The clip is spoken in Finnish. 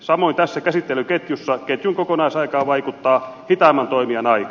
samoin tässä käsittelyketjussa ketjun kokonaisaikaan vaikuttaa hitaimman toimijan aika